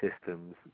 systems